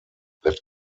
that